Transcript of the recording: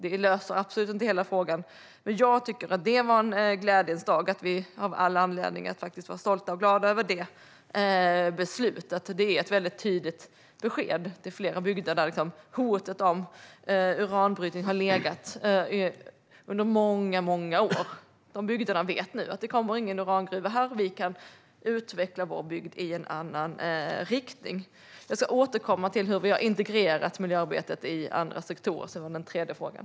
Det löser absolut inte hela problemet, men jag tycker att det var en glädjens dag och att vi har all anledning att vara stolta och glada över beslutet. Det är ett väldigt tydligt besked till flera bygder där det funnits ett hot om uranbrytning under många år. Nu vet de att de kan utveckla sin bygd i en annan riktning. Jag återkommer till hur vi har integrerat miljöarbetet i andra sektorer, som var den tredje frågan.